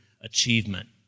achievement